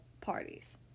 parties